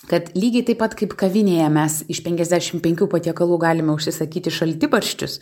kad lygiai taip pat kaip kavinėje mes iš penkiasdešim penkių patiekalų galima užsisakyti šaltibarščius